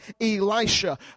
Elisha